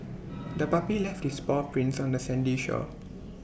the puppy left its paw prints on the sandy shore